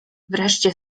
wreszcie